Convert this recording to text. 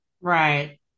Right